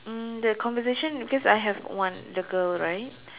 mm the conversation because I have one the girl right